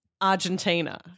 Argentina